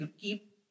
keep